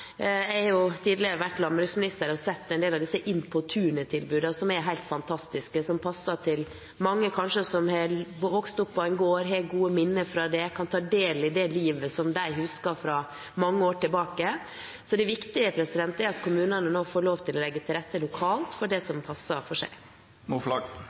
Jeg har tidligere vært landbruksminister og sett en del av disse Inn på tunet-tilbudene, som er helt fantastiske, som passer for mange som kanskje har vokst opp på en gård og har gode minner fra det, og kan ta del i det livet som de husker fra mange år tilbake. Det viktige er at kommunene nå får lov til å legge til rette lokalt for det